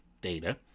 data